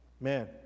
Man